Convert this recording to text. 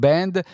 Band